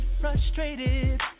frustrated